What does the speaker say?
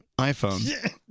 iPhone